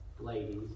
ladies